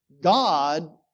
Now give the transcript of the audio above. God